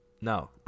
no